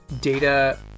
data